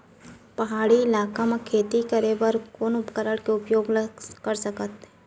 पहाड़ी इलाका म खेती करें बर कोन उपकरण के उपयोग ल सकथे?